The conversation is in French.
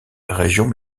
régions